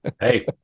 Hey